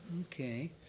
okay